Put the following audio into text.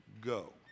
go